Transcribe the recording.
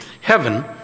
heaven